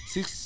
Six